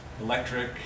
Electric